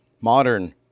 modern